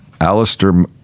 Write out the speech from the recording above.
Alistair